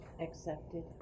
Accepted